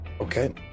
Okay